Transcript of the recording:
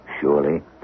surely